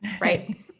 right